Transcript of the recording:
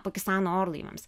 pakistano orlaiviams